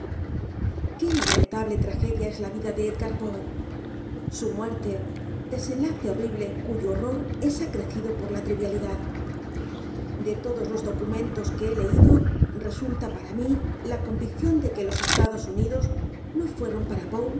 qué lamentable tragedia es la vida de e d g a r p o e su muerte desenlace horrible cuyo horror es acrecido por l a trivialidad de todos los documentos que he leído resulta p a r a mí la convicción de que los estados unidos no fueron p